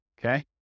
Okay